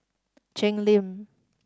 Cheng Lim